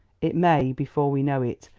it may, before we know it,